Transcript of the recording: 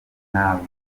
ntabwo